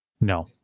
No